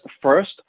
first